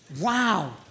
Wow